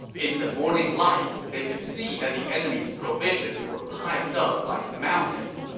in the morning light, they could see that the enemy's provisions were piled up like mountains,